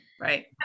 right